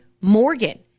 Morgan